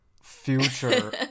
future